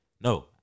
no